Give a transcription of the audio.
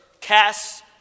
cast